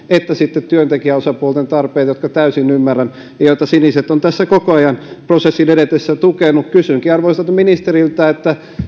että sitten työntekijäosapuolten tarpeita jotka täysin ymmärrän ja joita siniset ovat tässä koko ajan prosessin edetessä tukeneet kysynkin arvoisalta ministeriltä